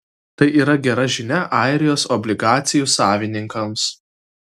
tai yra gera žinia airijos obligacijų savininkams